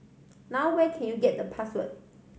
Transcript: now where can you get the password